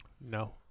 No